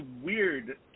weird